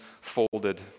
folded